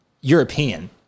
European